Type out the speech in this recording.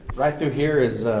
right through here is